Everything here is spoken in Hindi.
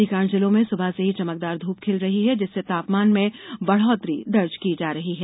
अधिकांश जिलों में सुबह से ही चमकदार धूप खिल रही है जिससे तापमान में बढ़ौतरी दर्ज की जा रही है